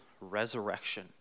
resurrection